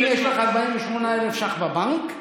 אם יש לך 48,000 ש"ח בבנק,